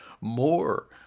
more